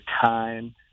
time